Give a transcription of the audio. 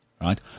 Right